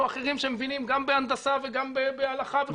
אחרים שמבינים גם בהנדסה וגם בהלכה וכו',